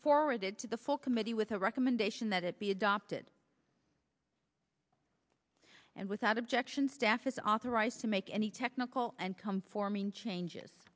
forwarded to the full committee with a recommendation that it be adopted and without objection staff is authorized to make any technical and come forming changes